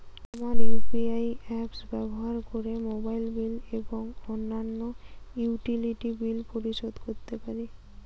আমরা UPI apps ব্যবহার করে মোবাইল বিল এবং অন্যান্য ইউটিলিটি বিল পরিশোধ করতে পারি